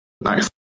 Nice